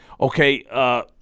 Okay